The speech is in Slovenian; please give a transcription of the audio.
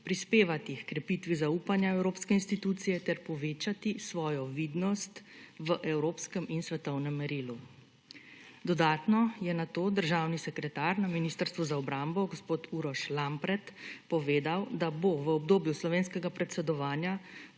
prispevati h krepitvi zaupanja v evropske institucije ter povečati svojo vidnost v evropskem in svetovnem merilu. Dodatno je nato državni sekretar na Ministrstvu za obrambo gospod Uroš Lampret povedal, da bo v obdobju slovenskega predsedovanja